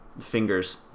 fingers